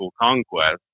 conquest